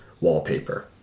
wallpaper